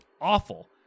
awful